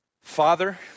Father